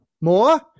More